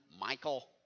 Michael